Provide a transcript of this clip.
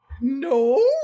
no